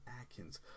Atkins